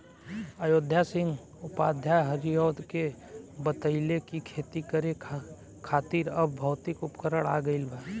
अयोध्या सिंह उपाध्याय हरिऔध के बतइले कि खेती करे खातिर अब भौतिक उपकरण आ गइल बा